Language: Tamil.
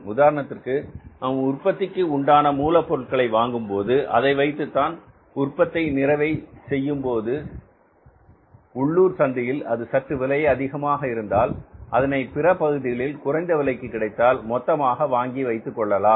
உதாரணத்திற்கு நாம் உற்பத்திக்கு உண்டான மூலப் பொருட்களை வாங்கும்போது அதை வைத்து உற்பத்தியை நிறைவு செய்யும்போது உள்ளூர் சந்தையில் அது சற்று விலை அதிகமாக இருந்தால் அதனை பிற பகுதிகளில் குறைந்த விலைக்கு கிடைத்தால் மொத்தமாக வாங்கி வைத்துக் கொள்ளலாம்